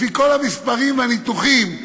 לפי כל המספרים והניתוחים,